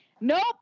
Nope